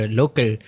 local